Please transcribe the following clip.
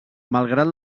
malgrat